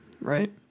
Right